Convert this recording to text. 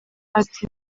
ati